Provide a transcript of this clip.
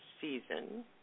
season